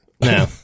No